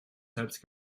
selbst